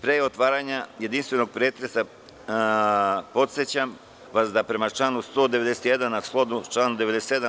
Pre otvaranja jedinstvenog pretresa, podsećam vas da, prema članu 191, a shodno članu 97.